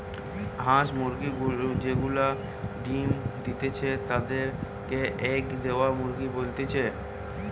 হাঁস মুরগি যে গুলা ডিম্ দিতেছে তাদির কে এগ দেওয়া মুরগি বলতিছে